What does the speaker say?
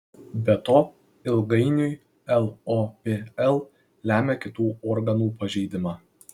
be to ilgainiui lopl lemia kitų organų pažeidimą